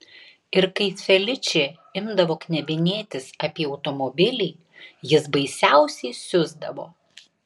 ir kai feličė imdavo knebinėtis apie automobilį jis baisiausiai siusdavo